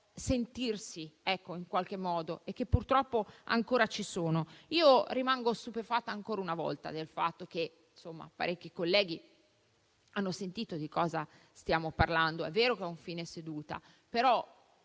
sentirsi in qualche modo e che purtroppo ancora ci sono. Io rimango stupefatta ancora una volta del fatto che parecchi colleghi hanno sentito di cosa stiamo parlando e siano usciti. È vero